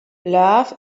love